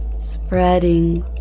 spreading